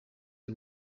the